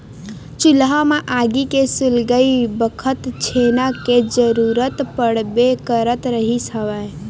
चूल्हा म आगी के सुलगई बखत छेना के जरुरत पड़बे करत रिहिस हवय